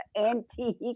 antique